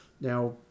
Now